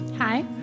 Hi